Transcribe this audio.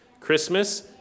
Christmas